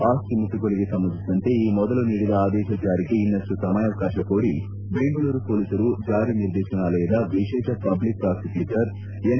ಆಸ್ತಿ ಮುಟ್ಟುಗೋಲಿಗೆ ಸಂಬಂಧಿಸಿದಂತೆ ಈ ಮೊದಲು ನೀಡಿದ ಆದೇಶ ಜಾರಿಗೆ ಇನ್ನಷ್ಟು ಸಮಯಾವಕಾಶ ಕೋರಿ ಬೆಂಗಳೂರು ಪೊಲೀಸರು ಜಾರಿ ನಿರ್ದೇಶನಾಲಯದ ವಿಶೇಷ ಪಬ್ಲಿಕ್ ಪ್ರಾಸಿಕ್ಕೂಟರ್ ಎನ್